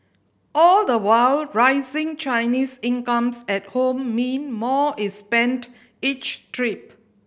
all the while rising Chinese incomes at home mean more is spent each trip